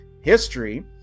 history